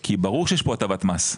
כי ברור שיש פה הטבת מס,